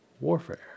warfare